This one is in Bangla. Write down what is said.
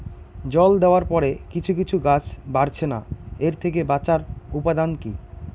জল দেওয়ার পরে কিছু কিছু গাছ বাড়ছে না এর থেকে বাঁচার উপাদান কী?